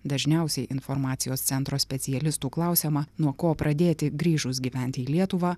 dažniausiai informacijos centro specialistų klausiama nuo ko pradėti grįžus gyventi į lietuvą